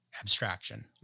abstraction